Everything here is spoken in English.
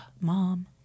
Mom